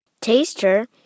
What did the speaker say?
Taster